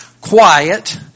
quiet